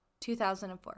2004